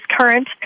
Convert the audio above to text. current